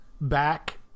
back